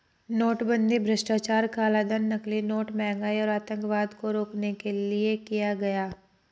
नोटबंदी भ्रष्टाचार, कालाधन, नकली नोट, महंगाई और आतंकवाद को रोकने के लिए किया गया